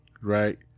right